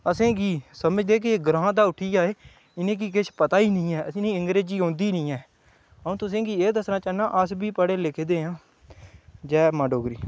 असें गी समझदे की एह् ग्रांऽ दा उट्ठियै आए इ'नेंगी किश पता गै नेईं ऐ इ'नेंगी अंग्रेजी औंदी गै नेईं ऐ अ'ऊं तुसें गी एह् दस्सना चाह्न्नां अस बी पढ़े लिखे दे आं जै मां डोगरी